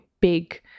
big